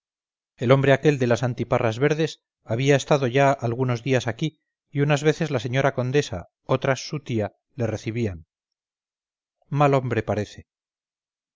el hombre aquel de las antiparras verdes había estado ya algunos días aquí y unas veces la señora condesa otras su tía le recibían mal hombre parece